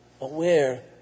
aware